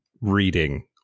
reading